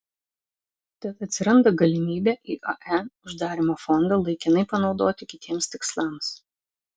tad atsiranda galimybė iae uždarymo fondą laikinai panaudoti kitiems tikslams